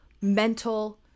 mental